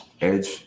edge